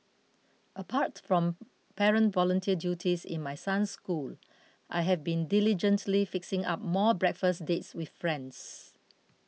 apart from parent volunteer duties in my son's school I have been diligently fixing up more breakfast dates with friends